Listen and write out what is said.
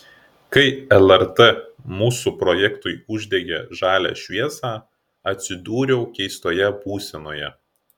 kai lrt mūsų projektui uždegė žalią šviesą atsidūriau keistoje būsenoje